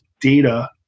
data